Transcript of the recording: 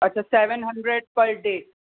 त seven hundred per day